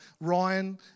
Ryan